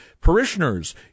parishioners